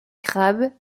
crabes